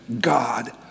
God